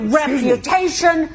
reputation